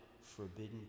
forbidden